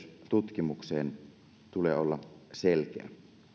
tutkimukseen tulee olla selkeä